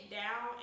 down